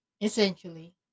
essentially